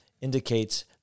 indicates